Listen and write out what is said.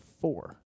four